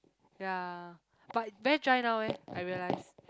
ya but very dry now eh I realise